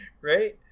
right